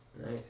Nice